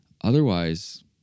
Otherwise